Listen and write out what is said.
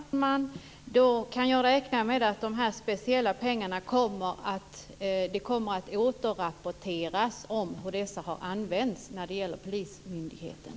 Fru talman! Då kan jag räkna med att det kommer att återrapporteras hur de här speciella pengarna har använts när det gäller polismyndigheten.